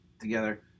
together